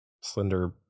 slender